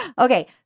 Okay